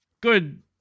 good